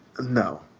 No